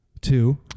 Two